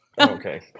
Okay